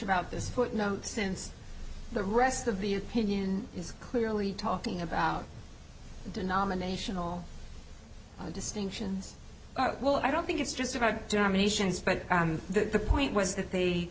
about this footnote since the rest of the opinion is clearly talking about denominational distinctions well i don't think it's just a dominations but the point was that they